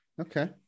Okay